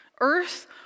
Earth